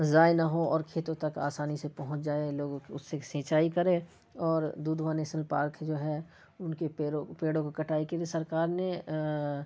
ضائع نہ ہوں اور کھیتوں تک آسانی سے پہنچ جائیں لوگوں کو اس سے سینچائی کریں اور دودھوا نیشنل پارک جو ہے ان کی پیروں پیڑوں کی کٹائی کی بھی سرکار نے